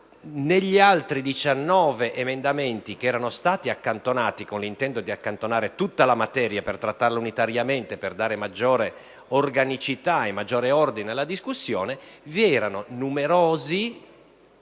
gli altri 19 emendamenti che erano stati accantonati con l'intento di accantonare tutta la materia per trattarla unitariamente e per dare maggiore organicità e maggiore ordine alla discussione ve ne erano numerosi che